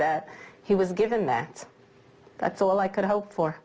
that he was given that that's all i could hope for